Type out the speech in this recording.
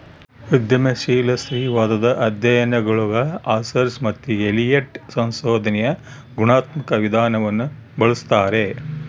ಉದ್ಯಮಶೀಲ ಸ್ತ್ರೀವಾದದ ಅಧ್ಯಯನಗುಳಗಆರ್ಸರ್ ಮತ್ತು ಎಲಿಯಟ್ ಸಂಶೋಧನೆಯ ಗುಣಾತ್ಮಕ ವಿಧಾನವನ್ನು ಬಳಸ್ತಾರೆ